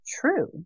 true